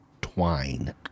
twine